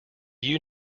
you